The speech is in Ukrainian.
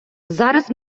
зараз